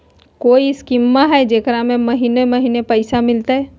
कोइ स्कीमा हय, जेकरा में महीने महीने पैसा मिलते?